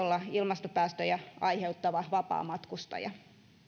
olla ilmastopäästöjä aiheuttava vapaamatkustaja